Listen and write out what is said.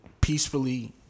peacefully